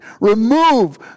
Remove